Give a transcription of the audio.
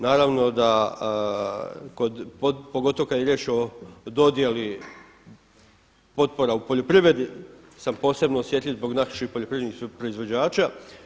Naravno da, pogotovo kada je riječ o dodjeli potpora u poljoprivredi sam posebno osjetljiv zbog naših poljoprivrednih proizvođača.